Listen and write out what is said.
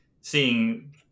seeing